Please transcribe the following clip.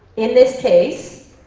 in this case,